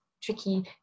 tricky